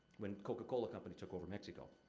when coca-cola company took over mexico.